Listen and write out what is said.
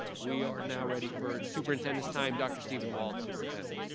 we are now ready for superintendent's time. dr. stephen walts, superintendent.